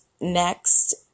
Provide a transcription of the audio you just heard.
next